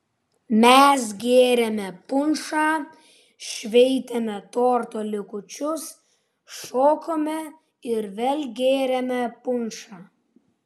mes gėrėme punšą šveitėme torto likučius šokome ir vėl gėrėme punšą